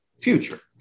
future